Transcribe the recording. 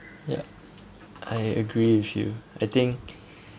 yup I agree with you I think